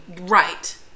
right